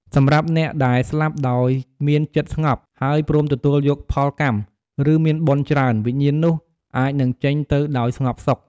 សម្រាប់អ្នកដែលស្លាប់ដោយមានចិត្តស្ងប់ ហើយព្រមទទួលយកផលកម្ម ឬមានបុណ្យច្រើន វិញ្ញាណនោះអាចនឹងចេញទៅដោយស្ងប់សុខ។